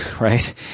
right